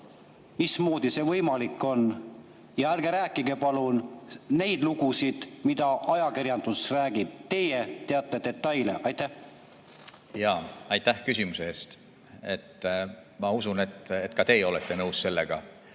mismoodi see võimalik on. Ja ärge rääkige palun neid lugusid, mida ajakirjandus räägib. Teie teate detaile. Aitäh küsimuse eest! Ma usun, et ka teie olete nõus sellega,